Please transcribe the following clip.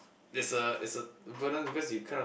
is a is a burden because you kind of